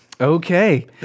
Okay